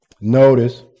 Notice